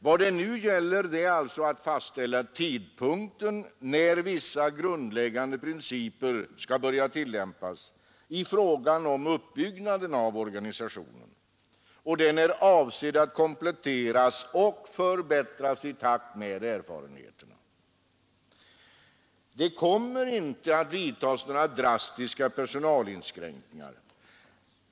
Vad det nu gäller är alltså att fastställa tidpunkten när vissa grundläggande principer skall börja tillämpas i fråga om uppbyggnaden av organisationen — och den är avsedd att kompletteras och förbättras i takt med erfarenheterna. Det kommer inte att vidtas några drastiska personalinskränkningar.